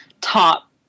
top